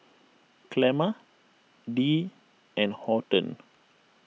Clemma Dee and Horton